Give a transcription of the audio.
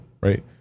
right